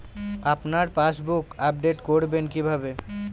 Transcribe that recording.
আপনার passbook update করবেন কিভাবে?